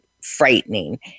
frightening